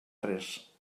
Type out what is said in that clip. res